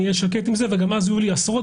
אני אהיה שקט עם זה אבל אז יהיו לי עשרות